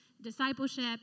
discipleship